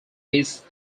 his